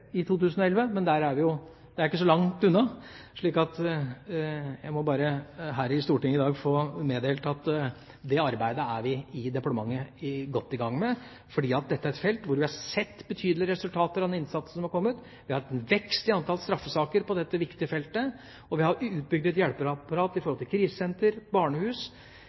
i 2011. Det er ikke så langt unna, så jeg må her i Stortinget i dag bare få meddele at det arbeidet er vi i departementet godt i gang med. Dette er et felt hvor vi har sett betydelige resultater av den innsatsen som har kommet. Vi har hatt en vekst i antall straffesaker på dette viktige feltet, og vi har bygd ut et hjelpeapparat i form av krisesentre og barnehus.